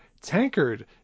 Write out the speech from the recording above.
tankard